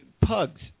Pugs